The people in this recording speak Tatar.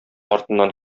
артыннан